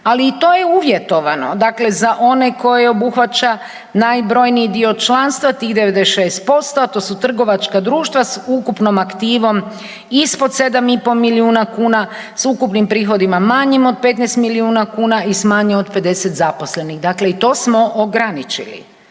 ali i to je uvjetovano. Dakle, za one koje obuhvaća najbrojniji dio članstva tih 96%, a to su trgovačka društva s ukupnom aktivom ispod 7,5 miliona kuna, s ukupnim prihodima manjim od 15 milijuna kuna i s manje od 50 zaposlenih. Dakle i to smo ograničili.